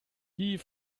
die